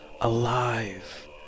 alive